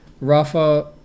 Rafa